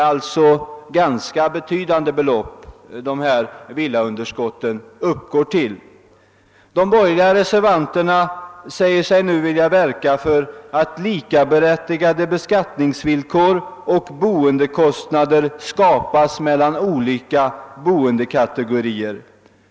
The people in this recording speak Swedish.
Villaunderskotten uppgår alltså till rätt betydande belopp. De borgerliga reservanterna säger sig nu vilja verka för att likaberättigande beskattningsvillkor och boendekostnader skapas mellan olika boendekategorier.